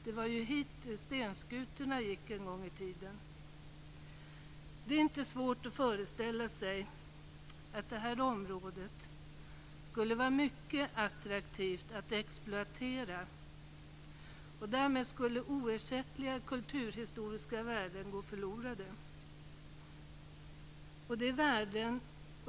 Det var ju dit som stenskutorna gick en gång i tiden. Det är inte svårt att föreställa sig att det här området skulle vara mycket attraktivt att exploatera. Därmed skulle oersättliga kulturhistoriska värden gå förlorade.